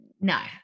No